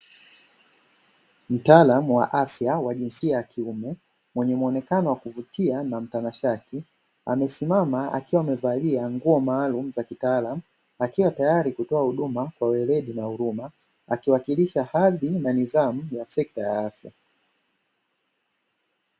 Mtaalam wa afya wa jinsia ya kiume, mwenye mwonekano wa kuvutia na mtanashati, amesimama akiwa amevalia nguo maalumu za kitaalam, akiwa tayari kutoa huduma kwa weledi na huruma akiwailisha hadhi na nidhamu ya sekta ya afya.